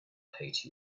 hate